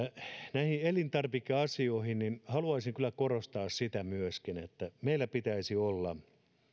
näihin elintarvikeasioihin haluaisin kyllä korostaa sitä myöskin että meillä pitäisi olla